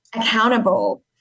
accountable